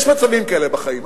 יש מצבים כאלה בחיים.